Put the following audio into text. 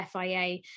FIA